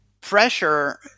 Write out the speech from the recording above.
pressure